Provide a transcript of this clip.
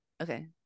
okay